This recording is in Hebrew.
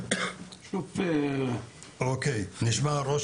בעניין התרבות, יש לנו בכפר הרבה מאוד